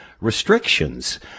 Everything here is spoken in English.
restrictions